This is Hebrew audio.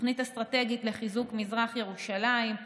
תוכנית אסטרטגית לחיזוק מזרח ירושלים,